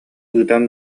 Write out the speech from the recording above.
ыытан